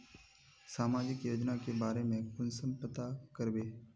सामाजिक योजना के बारे में कुंसम पता करबे?